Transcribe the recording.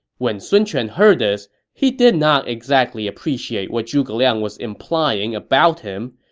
when sun quan heard this, he did not exactly appreciate what zhuge liang was implying about him.